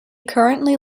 currently